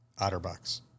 Otterbox